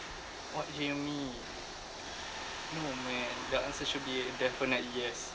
what hear me no man the answer should be a definite yes